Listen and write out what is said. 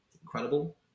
incredible